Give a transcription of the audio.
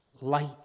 light